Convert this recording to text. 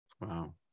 Wow